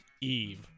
Eve